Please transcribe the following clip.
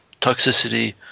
toxicity